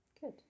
Good